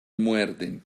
muerden